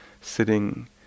sitting